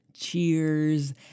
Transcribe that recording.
cheers